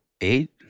eight